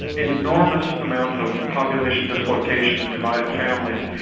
enormous amounts of population dislocation and divided families,